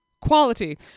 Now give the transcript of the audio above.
quality